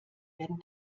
werden